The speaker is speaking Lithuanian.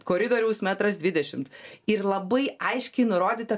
koridoriaus metras dvidešimt ir labai aiškiai nurodyta